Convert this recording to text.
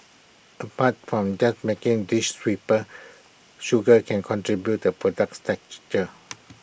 apart from just making A dish sweeter sugar can contribute to A product's texture